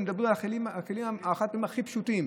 ואנחנו מדברים על הכלים החד-פעמיים הכי פשוטים.